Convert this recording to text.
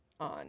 On